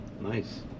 Nice